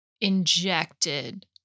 injected